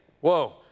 Whoa